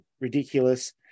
ridiculous